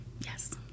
Yes